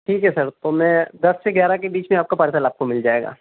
ठीक है सर तो मैं दस से ग्यारह के बीच में आपका पार्सल आपको मिल जाएगा